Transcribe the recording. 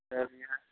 சரிங்க